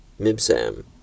Mibsam